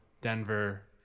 Denver